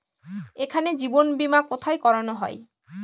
এখানে জীবন বীমা কোথায় করানো হয়?